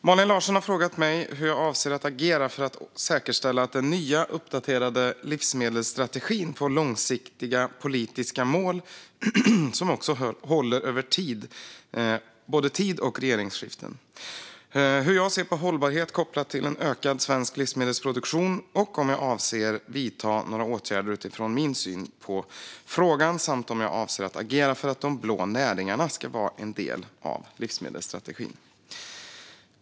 Malin Larsson har frågat mig hur jag avser att agera för att säkerställa att den nya, uppdaterade livsmedelsstrategin får långsiktiga politiska mål som håller över både tid och regeringsskiften, hur jag ser på hållbarhet kopplat till ökad svensk livsmedelsproduktion, om jag avser att vidta några åtgärder utifrån min syn på frågan samt om jag avser att agera för att de blå näringarna ska vara en del av livsmedelsstrategin.